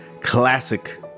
Classic